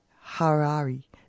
Harari